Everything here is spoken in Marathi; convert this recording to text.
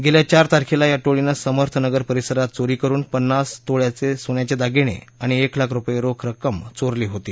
गेल्या चार तारखेला या टोळीनं समर्थ नगर परिसरात चोरी करुन पन्नास तोळ्याचे सोन्याचे दागिने आणि एक लाख रुपये रोख रक्कम चोरली होती